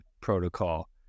protocol